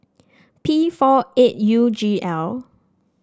P four eight U G L